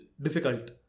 difficult